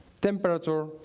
Temperature